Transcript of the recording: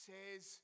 Says